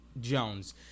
Jones